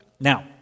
Now